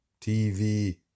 tv